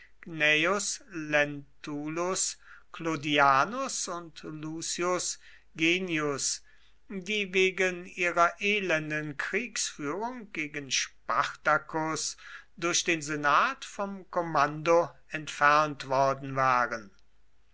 und lucius genius die wegen ihrer elenden kriegführung gegen spartacus durch den senat vom kommando entfernt worden waren